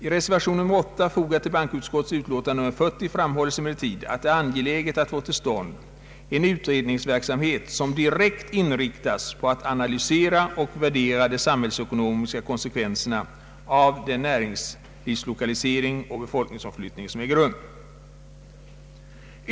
I reservation nr 8, fogad till bankoutskottets utlåtande nr 40, framhålles emellertid att det är angeläget att få till stånd en utredningsverksamhet som direkt inriktas på att analysera och värdera de samhällsekonomiska konsekvenserna av den näringslivslokalisering och befolkningsomflyttning som äger rum.